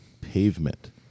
pavement